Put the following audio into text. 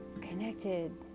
connected